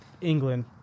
England